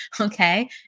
okay